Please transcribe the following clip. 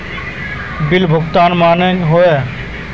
Bill भुगतान माने की होय?